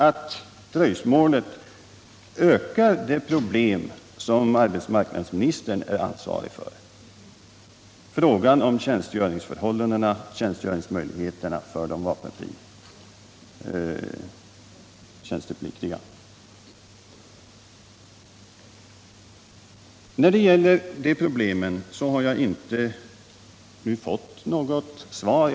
Ett dröjsmål ökar de problem som arbetsmarknadsministern är ansvarig för: frågan om tjänstgöringsmöjligheterna för de vapenfria tjän stepliktiga. När det gäller dessa problem har jag inte fått något svar.